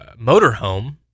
motorhome